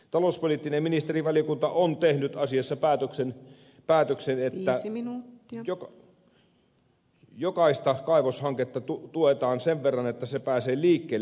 talouspoliittinen ministerivaliokunta on tehnyt asiassa päätöksen että jokaista kaivoshanketta tuetaan sen verran että se pääsee liikkeelle